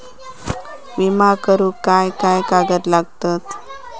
विमा करुक काय काय कागद लागतत?